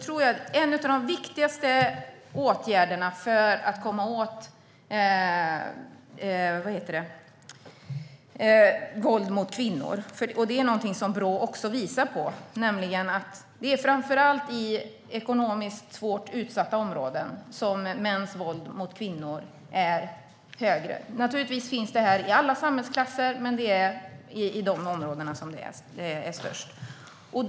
En av de viktigaste åtgärderna för att komma åt våld mot kvinnor - det är något som Brå visar på - är att titta på ekonomiskt svårt utsatta områden där mäns våld mot kvinnor är mer omfattande. Naturligtvis finns våldet i alla samhällsklasser, men det är i de områdena som det är mest förekommande.